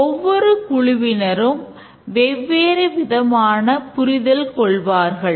ஒவ்வொரு குழுவிநரும் வெவ்வேறு விதமாக புரிந்து கொள்வார்கள்